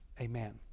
Amen